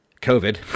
COVID